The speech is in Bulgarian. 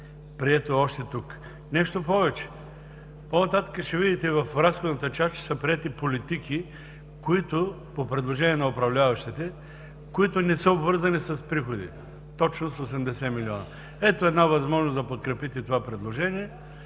прието още тук. Нещо повече, по-нататък ще видите – в разходната част, че са приети политики, които, по предложение на управляващите, не са обвързани с приходи, точно с 80 милиона. Ето една възможност да подкрепите това предложение,